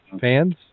fans